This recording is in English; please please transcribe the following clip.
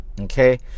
Okay